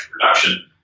production